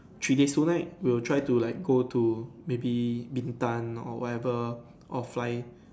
three days two night we'll try to like go to maybe Bintan or whatever or fly